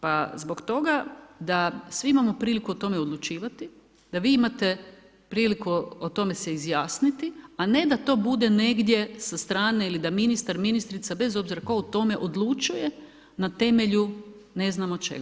Pa zbog toga da svi imamo priliku o tome odlučivati, da vi imate priliku o tome se izjasniti a ne da to bude negdje sa strane ili da ministar, ministrica, bez obzira tko o tome odlučuje na temelju ne znamo čega.